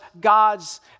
God's